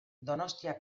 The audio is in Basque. donostia